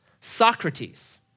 Socrates